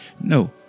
no